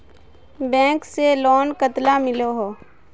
Bank से loan कतला मिलोहो?